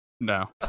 No